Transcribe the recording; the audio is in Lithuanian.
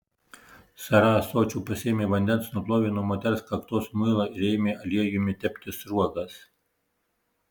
sara ąsočiu pasėmė vandens nuplovė nuo moters kaktos muilą ir ėmė aliejumi tepti sruogas